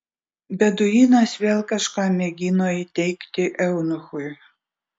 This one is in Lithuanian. beduinas vėl kažką mėgino įteigti eunuchui